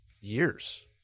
years